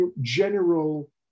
general